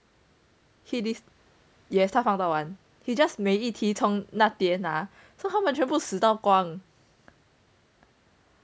he yes 他放到完 he just 每一题从那边拿 so 他们全部死到光